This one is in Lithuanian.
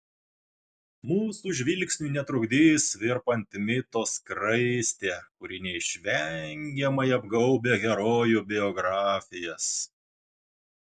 mūsų žvilgsniui netrukdys virpanti mito skraistė kuri neišvengiamai apgaubia herojų biografijas